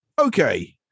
Okay